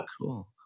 Cool